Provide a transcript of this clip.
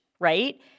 right